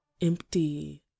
empty